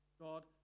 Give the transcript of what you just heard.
God